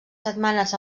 setmanes